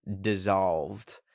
dissolved